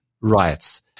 riots